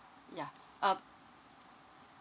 yeah uh